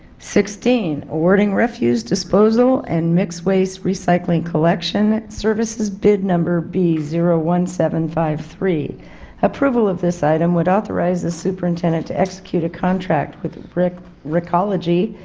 sixteen. awarding refuse disposal and mixed waste recycling collection services bid number b zero one seven five three approval of this item would authorize the superintendent to execute a contract with three like ecology,